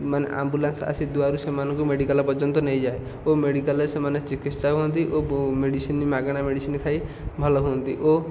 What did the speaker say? ମାନେ ଆମ୍ବୁଲାନ୍ସ ଆସି ଦୁଆରୁ ସେମାନଙ୍କୁ ମେଡ଼ିକାଲ ପର୍ଯ୍ୟନ୍ତ ନେଇଯାଏ ଓ ମେଡ଼ିକାଲରେ ସେମାନେ ଚିକିତ୍ସା ହୁଅନ୍ତି ଓ ମେଡ଼ିସିନ ମାଗଣା ମେଡ଼ିସିନ ଖାଇ ଭଲ ହୁଅନ୍ତି ଓ